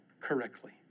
correctly